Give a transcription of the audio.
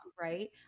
Right